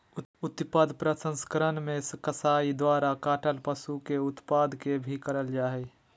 उत्पाद प्रसंस्करण मे कसाई द्वारा काटल पशु के उत्पाद के भी करल जा हई